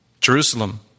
Jerusalem